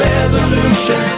Revolution